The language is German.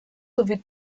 sowie